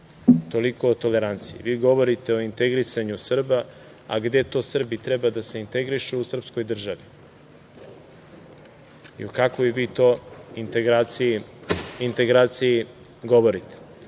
Toliko o toleranciji. Vi govorite o integrisanju Srba, a gde to Srbi treba da se integrišu u srpskoj državi i o kakvoj vi to integraciji govorite?